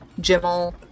Jimmel